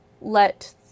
let